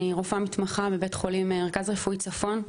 אני רופאה מתמחה בבית חולים מרכז רפואי צפון.